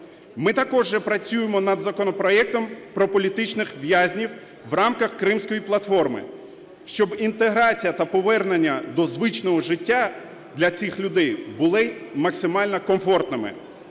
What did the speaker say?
Ми також працюємо над законопроектом про політичних в’язнів в рамках "Кримської платформи", щоб інтеграція та повернення до звичного життя для цих людей були максимально комфортними.